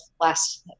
last